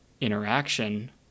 interaction